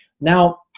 Now